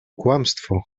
kłamstwo